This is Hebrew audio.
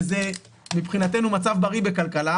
שזה מבחינתנו מצב בריא בכלכלה,